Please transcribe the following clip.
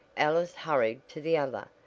alice hurried to the other,